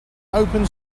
open